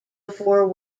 before